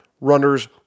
runners